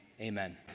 amen